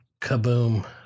kaboom